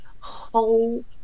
whole